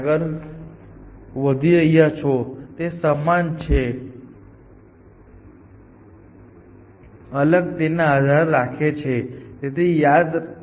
જો અહીં આડું પગલું હોય અને કિંમત 2 હોય તો તમે આ ક્ષણે ગોઠવણી ભૂલી શકો છો અને યાદ રાખી શકો છો કે તમામ ઉભી અને આડા મૂવ્સ ની કિંમત 2 છે અને તમે એક જ કેરેક્ટર માં આગળ વધી રહ્યા છો કે નહીં તેના આધારે ડાઈગોનલ મૂવ્સ ની કિંમત કાં તો 0 અથવા 1 છે